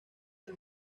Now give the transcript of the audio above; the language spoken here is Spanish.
del